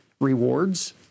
rewards